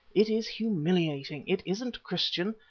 it is humiliating it isn't christian,